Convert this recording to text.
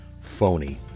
phony